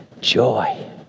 joy